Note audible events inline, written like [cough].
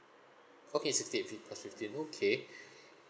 okay sixty eight fif~ plus fifteen okay [breath]